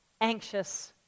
anxious